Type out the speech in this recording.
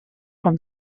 from